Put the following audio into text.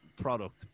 product